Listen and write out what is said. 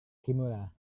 kimura